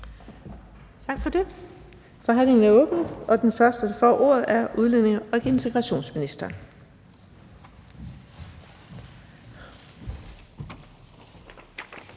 Vind): Forhandlingen er åbnet, og den første, der får ordet, er udlændinge- og integrationsministeren.